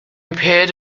appeared